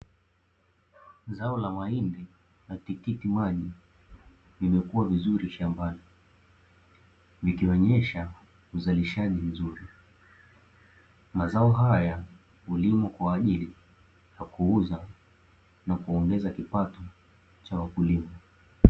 Zao la mahindi na tikiti maji limekua vizuri shambani, likionyesha uzalishaji mzuri. Mazao haya hulimwa kwa ajili ya kuuza na kuongeza kipato cha wakulima.